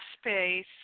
space